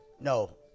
No